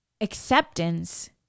acceptance